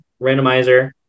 randomizer